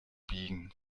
biegen